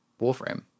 Warframe